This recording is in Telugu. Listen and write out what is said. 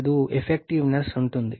75 ఎఫెక్టివ్నెస్ ఉంటుంది